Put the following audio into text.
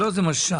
לא זה מה ששאלתי.